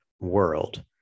world